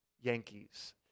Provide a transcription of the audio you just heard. Yankees